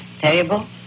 terrible